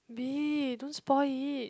B don't spoil it